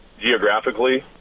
geographically